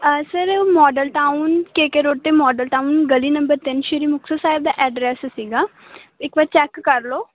sir Model Town K K road 'ਤੇ Model Town ਗਲੀ ਨੰਬਰ ਤਿੰਨ ਸ਼੍ਰੀ ਮੁਕਤਸਰ ਸਾਹਿਬ ਦਾ ਐਡਰੈਸ ਸੀਗਾ ਇੱਕ ਵਾਰ ਚੈੱਕ ਕਰ ਲਓ